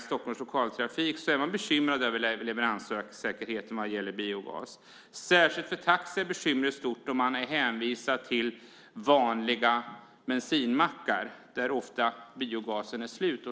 Stockholms lokaltrafik har de varit bekymrade över leveranssäkerheten för biogas. Särskilt för taxi är bekymret stort. Man är hänvisad till vanliga bensinmackar, där biogasen ofta är slut.